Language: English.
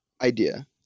Idea